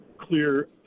clear